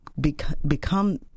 become